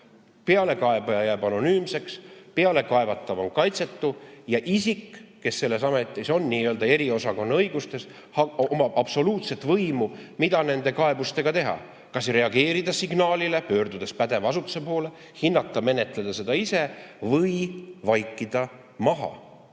Pealekaebaja jääb anonüümseks, pealekaevatav on kaitsetu, aga isikul, kes selles ametis on, n-ö eriosakonna õigustes, on absoluutne võim otsustada, mida nende kaebustega teha – kas reageerida signaalile, pöördudes pädeva asutuse poole, hinnata-menetleda seda ise või vaikida maha?